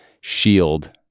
shield